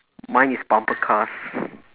mine is bumper cars